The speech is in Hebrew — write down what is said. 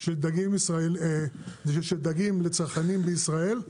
של דגים לצרכנים בישראל,